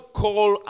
call